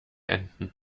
enten